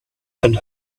and